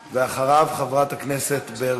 אחריו, חברת הכנסת ברקו.